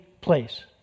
place